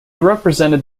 represented